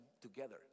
together